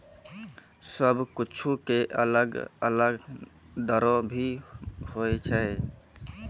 सब कुछु के अलग अलग दरो भी होवै छै